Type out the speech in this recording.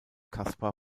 caspar